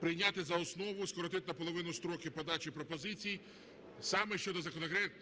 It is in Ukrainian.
прийняти за основу і скоротити наполовину строки подачі пропозицій саме щодо